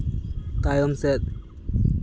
ᱛᱟᱭᱚᱢ ᱥᱮᱫ